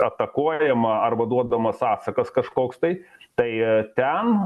atakuojama arba duodamas atsakas kažkoks tai tai ten